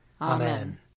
Amen